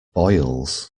boils